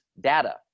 data